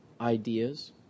ideas